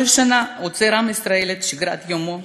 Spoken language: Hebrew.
בכל שנה עוצר עם ישראל את שגרת יומו